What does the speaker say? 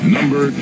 Number